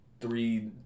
three